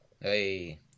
Hey